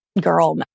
girl